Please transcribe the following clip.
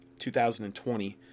2020